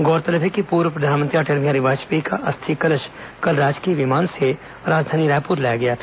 गौरतलब है कि पूर्व प्रधानमंत्री अटल बिहारी वाजपेयी का अस्थि कलश कल राजकीय विमान से राजधानी रायपुर लाया गया था